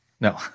No